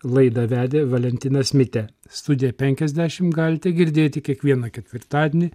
laidą vedė valentinas mitė studiją penkiasdešim galite girdėti kiekvieną ketvirtadienį